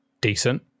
decent